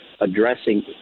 addressing